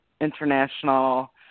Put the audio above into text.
international